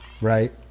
Right